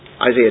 Isaiah